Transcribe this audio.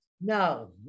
No